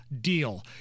deal